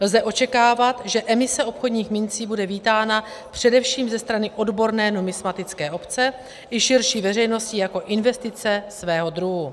Lze očekávat, že emise obchodních mincí bude vítána především ze strany odborné numismatické obce i širší veřejnosti jako investice svého druhu.